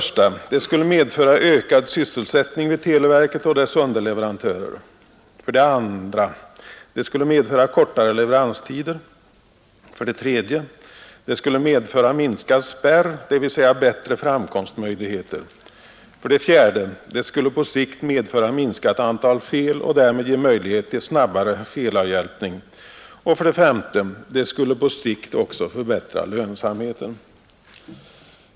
Det skulle medföra ökad sysselsättning vid televerket och hos dess underleverantörer. 2. Det skulle medföra kortare leveranstider. 3. Det skulle medföra minskad spärr, dvs. bättre framkomstmöjligheter. 4. Det skulle på sikt medföra minskat antal fel och därmed ge möjlighet till snabbare felavhjälpning. S. Det skulle på sikt också förbättra lönsamheten.